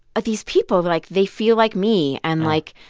ah these people, like, they feel like me. and, like,